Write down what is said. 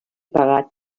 pagat